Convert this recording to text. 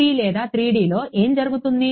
2D లేదా 3Dలో ఏమి జరుగుతుంది